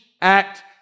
act